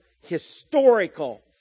historical